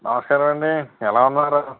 నమస్కారమండి ఎలా ఉన్నారు